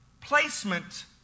placement